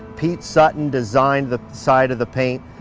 pete sutton designed the side of the paint,